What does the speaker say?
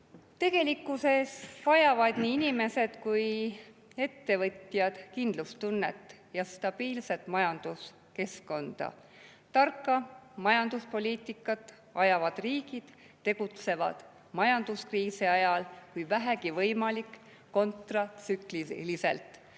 Tegelikkuses vajavad nii inimesed kui ka ettevõtjad kindlustunnet ja stabiilset majanduskeskkonda. Tarka majanduspoliitikat ajavad riigid tegutsevad majanduskriisi ajal, kui vähegi võimalik, kontratsükliliselt,